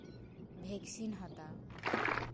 vaccine ᱦᱟᱛᱟᱣ